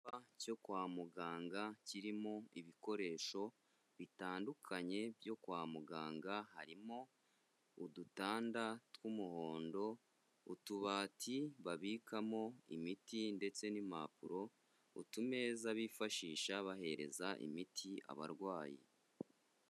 Icyumba cyo kwa muganga kirimo ibikoresho bitandukanye byo kwa muganga, harimo udutanda tw'umuhondo, utubati babikamo imiti ndetse n'impapuro, utumeza bifashisha bahereza imiti abarwayi.